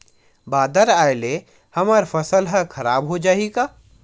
बादर आय ले हमर फसल ह खराब हो जाहि का?